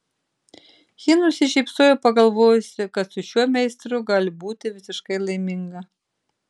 ji nusišypsojo pagalvojusi kad su šiuo meistru gali būti visiškai laiminga